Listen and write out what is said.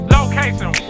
Location